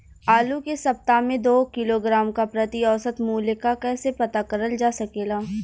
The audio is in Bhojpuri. आलू के सप्ताह में दो किलोग्राम क प्रति औसत मूल्य क कैसे पता करल जा सकेला?